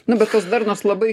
nu bet tos darnos labai